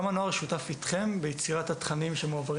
כמה הנוער שותף איתכם ביצירת התכנים שמועברים